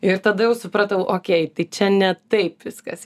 ir tada jau supratau okei tai čia ne taip viskas